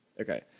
Okay